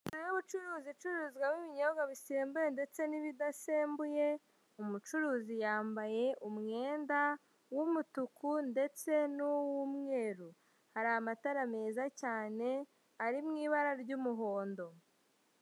Inzu y'ubucuruzi icururizwamo ibinyobwa bisembuye ndetse n'ibudasembuye, umucuruzi yambaye umwenda w'umutuku ndetse n'uw'umweru. hari amatara meza cyane, ari mu ibara ry'umuhondo.